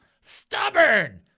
Stubborn